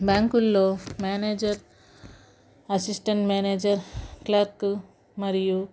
బ్యాంకుల్లో manager assistant manager clerk మరియు